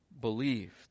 believed